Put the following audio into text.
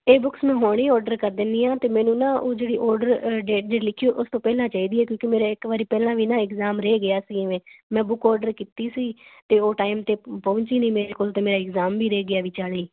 ਇਹ ਬੁੱਕਸ ਮੈਂ ਹੁਣੇ ਆਰਡਰ ਕਰ ਦਿੰਦੀ ਹਾਂ ਅਤੇ ਮੈਨੂੰ ਨਾ ਉਹ ਜਿਹੜੀ ਆਰਡਰ ਡੇਟ ਲਿਖੀ ਉਸ ਤੋਂ ਪਹਿਲਾਂ ਚਾਹੀਦੀ ਹ ਕਿਉਂਕਿ ਮੇਰਾ ਇੱਕ ਵਾਰ ਪਹਿਲਾਂ ਵੀ ਨਾ ਇਗਜ਼ਾਮ ਰਹਿ ਗਿਆ ਸੀ ਇਵੇਂ ਮੈਂ ਬੁੱਕ ਆਰਡਰ ਕੀਤੀ ਸੀ ਅਤੇ ਉਹ ਟਾਈਮ 'ਤੇ ਪਹੁੰਚ ਹੀ ਨਹੀਂ ਮੇਰੇ ਕੋਲ ਅਤੇ ਮੇਰਾ ਇਗਜ਼ਾਮ ਵੀ ਰਹਿ ਗਿਆ ਵਿਚਾਲੇ